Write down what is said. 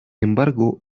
embargo